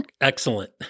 Excellent